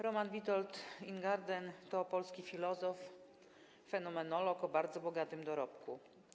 Roman Witold Ingarden to polski filozof, fenomenolog o bardzo bogatym dorobku.